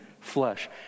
flesh